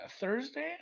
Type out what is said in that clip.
Thursday